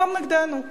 העולם נגדנו.